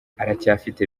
aracyafite